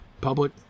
public